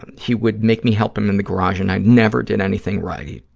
and he would make me help him in the garage and i never did anything right,